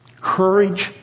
courage